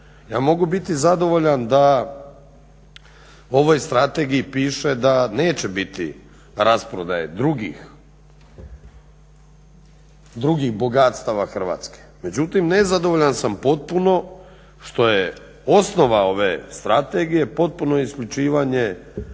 Ja mogu biti zadovoljan da u ovoj strategiji piše da neće biti rasprodaje drugih bogatstava Hrvatske. Međutim, nezadovoljan sam potpuno što je osnova ove strategije potpuno isključivanje